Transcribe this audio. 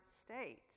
state